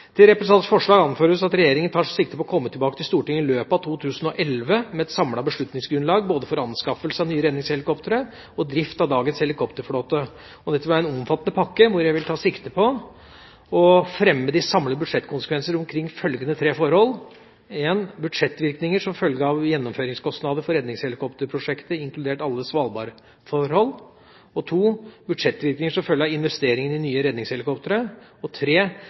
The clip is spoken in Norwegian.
Til representantenes forslag anføres at regjeringa tar sikte på å komme tilbake til Stortinget i løpet av 2011 med et samlet beslutningsgrunnlag for både anskaffelse av nye redningshelikoptre og drift av dagens helikopterflåte. Dette vil være en omfattende pakke, og jeg vil ta sikte på å fremme de samlede budsjettkonsekvenser omkring følgende tre forhold: budsjettvirkninger som følge av gjennomføringskostnader for redningshelikopterprosjektet inkludert alle Svalbard-forhold budsjettvirkninger som følge av investeringer i nye redningshelikoptre risikoreduserende og